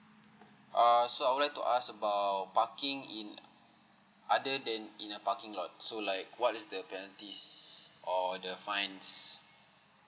uh so I would like to ask about parking in other than in a parking lot so like what is the penalties or the fines